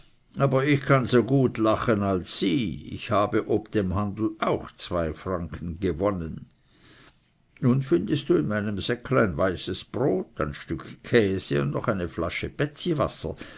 aber ich kann so gut lachen als sie ich habe ob dem handel auch zwei franken gewonnen nun findest du in meinem säcklein weißes brot ein stück käse und noch eine flasche